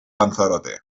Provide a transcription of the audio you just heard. lanzarote